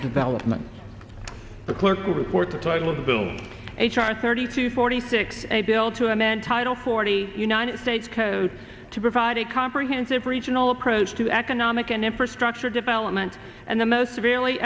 development the clerk will report the title of the bill h r thirty to forty six a bill to amend title forty united states code to provide a comprehensive regional approach to economic and infrastructure development and the most